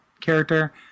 character